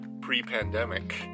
pre-pandemic